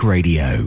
Radio